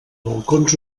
balcons